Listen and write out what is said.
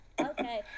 Okay